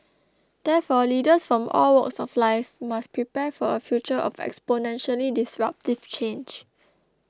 therefore leaders from all walks of life must prepare for a future of exponentially disruptive change